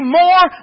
more